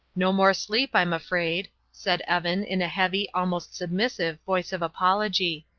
no more sleep, i'm afraid, said evan, in a heavy, almost submissive, voice of apology.